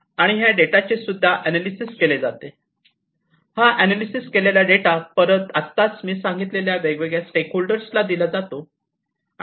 आणि ह्या डेटाचे सुद्धा ऍनॅलिसिस केले जाते आणि हा अनालिसिस केलेला डेटा परत आत्ताच मी सांगितलेल्या वेगवेगळ्या स्टेक होल्डर्सला देण्यात येतो